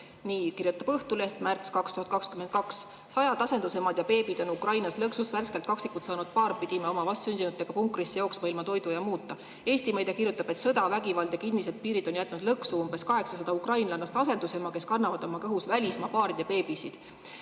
Nii kirjutas Õhtuleht märtsis 2022: sajad asendusemad ja beebid on Ukrainas lõksus, värskelt kaksikud saanud paar pidi oma vastsündinutega punkrisse jooksma ilma toidu ja muuta. Eesti meedia kirjutab, et sõda, vägivald ja kinnised piirid on jätnud lõksu umbes 800 ukrainlannast asendusema, kes kannavad oma kõhus mõne välismaa paari beebit.